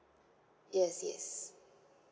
yes yes